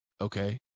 okay